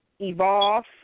evolve